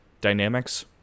dynamics